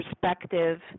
perspective